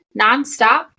nonstop